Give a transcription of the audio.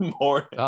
Morning